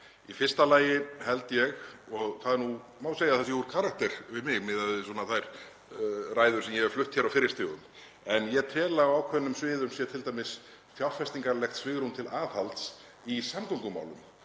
Í fyrsta lagi held ég, og það má segja að það sé úr karakter við mig miðað við þær ræður sem ég hef flutt á fyrri stigum, en ég tel að á ákveðnum sviðum sé t.d. fjárfestingarlegt svigrúm til aðhalds í samgöngumálum